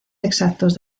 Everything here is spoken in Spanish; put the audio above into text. exactos